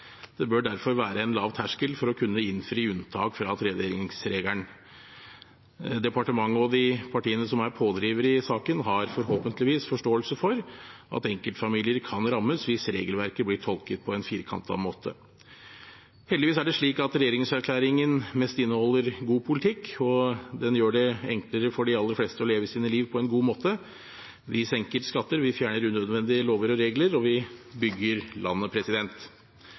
Det bør derfor være en lav terskel for å kunne innfri unntak fra tredelingsregelen. Departementet og de partiene som er pådrivere i saken, har forhåpentligvis forståelse for at enkeltfamilier kan rammes hvis regelverket blir tolket på en firkantet måte. Heldigvis er det slik at regjeringserklæringen mest inneholder god politikk. Den gjør det enklere for de aller fleste å leve sitt liv på en god måte. Vi senker skatter, vi fjerner unødvendige lover og regler, og vi bygger landet.